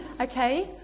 Okay